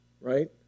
right